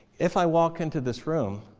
if i walk into this room,